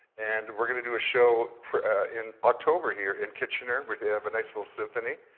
and we're gonna do a show in october here in kitchener, where they have a nice little symphony,